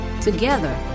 Together